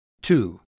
two